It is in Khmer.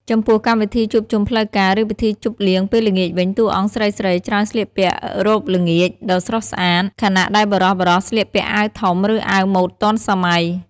ចំពោះកម្មវិធីជួបជុំផ្លូវការ ឬពិធីជប់លៀងពេលល្ងាចវិញ តួអង្គស្រីៗច្រើនស្លៀកពាក់ រ៉ូបល្ងាច ដ៏ស្រស់ស្អាត ខណៈដែលបុរសៗស្លៀកពាក់អាវធំ ឬអាវម៉ូដទាន់សម័យ។